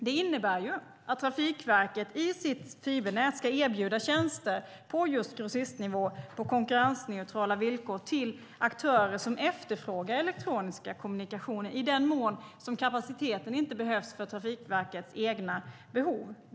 Det innebär att Trafikverket i sitt fibernät ska erbjuda tjänster på just grossistnivå på konkurrensneutrala villkor till aktörer som efterfrågar elektronisk kommunikation i den mån som kapaciteten inte behövs för Trafikverkets egna behov.